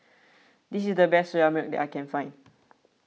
this is the best Soya Milk that I can find